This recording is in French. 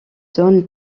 zone